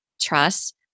trust